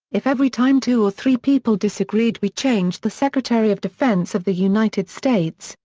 if every time two or three people disagreed we changed the secretary of defense of the united states,